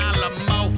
Alamo